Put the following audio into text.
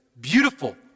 beautiful